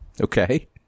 Okay